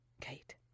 Kate